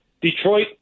Detroit